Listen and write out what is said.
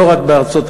לא רק בארצות-הברית,